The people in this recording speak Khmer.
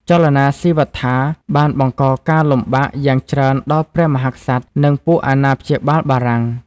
ចលនាស៊ីវត្ថាបានបង្កការលំបាកយ៉ាងច្រើនដល់ព្រះមហាក្សត្រ និងពួកអាណាព្យាបាលបារាំង។